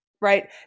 right